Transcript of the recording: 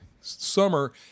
summer